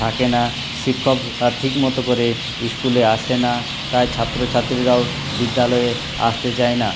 থাকে না শিক্ষকরা ঠিকমতো করে স্কুলে আসে না তাই ছাত্রছাত্রীরাও বিদ্যালয়ে আসতে চায় না